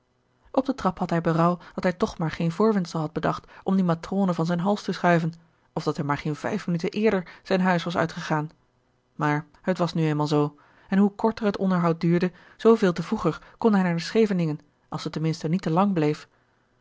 op de trap had hij berouw dat hij toch maar geen voorwendsel had bedacht om die matrone van zijn hals te schuiven of dat hij maar geen vijf minuten eerder zijn huis was uitgegaan maar het was nu eenmaal zoo en hoe korter het onderhoud duurde zoo veel te vroeger kon hij naar scheveningen als ze ten minste niet te lang bleef